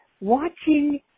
watching